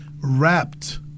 wrapped